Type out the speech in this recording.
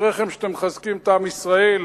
אשריכם שאתם מחזקים את עם ישראל.